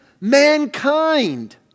mankind